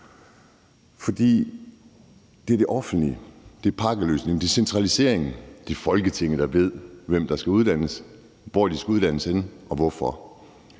For det er det offentlige; det er pakkeløsningen; det er Folketinget, der ved, hvem der skal uddannes, hvor de skal uddannes henne, og hvorfor.